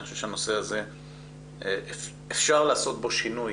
אני חושב שאפשר לעשות בנושא הזה שינוי